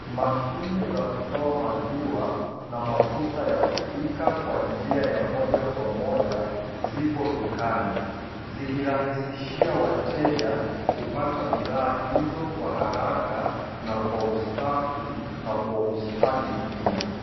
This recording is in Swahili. Mashine za kutoa maziwa na mafuta ya kupika kwa njia ya moja kwa moja zipo dukani, zikirahisishia wateja kupata bidhaa hizo kwa haraka, na kwa usafi na kwa ustadi pia.